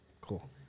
Cool